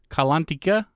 Kalantika